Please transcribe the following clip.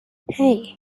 hey